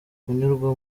kunyurwa